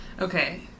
Okay